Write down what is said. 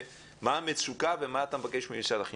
מה המצוקה ומה אתה מבקש ממשרד החינוך.